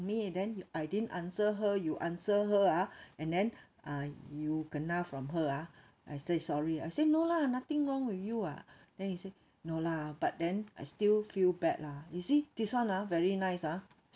me then I didn't answer her you answer her ah and then you ah kena from her ah I say sorry I say no lah nothing wrong with you [what] then he say no lah but then I still feel bad lah you see this [one] ah very nice ah